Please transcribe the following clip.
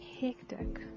Hectic